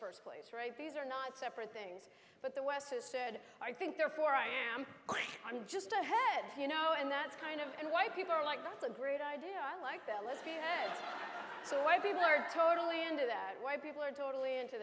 first place right these are not separate things but the west has said i think therefore i am going i'm just ahead you know and that's kind of and why people are like that's a great idea i like that list so why people are totally into that why people are totally into